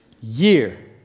year